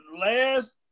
last